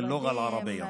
בשפה הערבית,